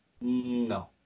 No